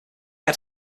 had